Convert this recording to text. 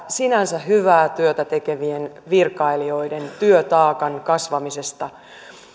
sinänsä hyvää työtä tekevien virkailijoiden työtaakan kasvamisesta